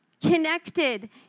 connected